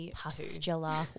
pustular